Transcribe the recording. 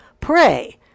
pray